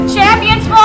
Champions